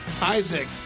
Isaac